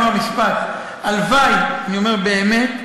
אומר משפט: הלוואי אני אומר באמת,